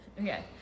Okay